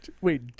Wait